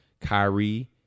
Kyrie